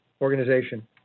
organization